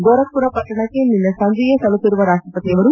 ಗೋರಖ್ಪುರ ಪಟ್ಟಣಕ್ಕೆ ನಿನ್ನೆ ಸಂಜೆಯೇ ತಲುಪಿರುವ ರಾಪ್ಟಸತಿಯವರು